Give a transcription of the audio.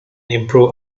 improve